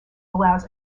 allows